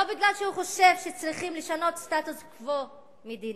לא כי הוא חושב שצריכים לשנות סטטוס-קוו מדיני,